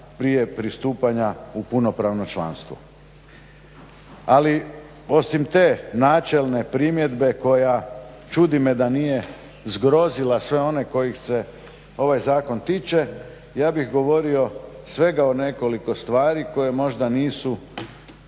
prije pristupanja u punopravno članstvo. Ali osim te načelne primjedbe koja čudi me da nije zgrozila sve one kojih se ovaj zakon tiče, ja bih govorio svega o nekoliko stvari koje možda nisu